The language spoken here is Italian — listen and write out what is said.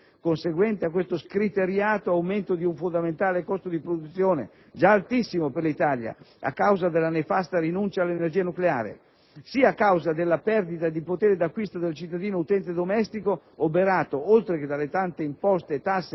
conseguente a questo scriteriato aumento di un fondamentale costo di produzione (già altissimo per l'Italia a causa della nefasta rinuncia all'energia nucleare), sia a causa della perdita di potere d'acquisto del cittadino utente domestico oberato, oltre che dalle tante imposte e tasse